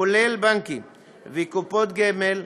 כולל בנקים וקופות גמל,